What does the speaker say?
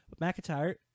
McIntyre